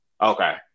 Okay